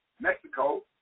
Mexico